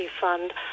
fund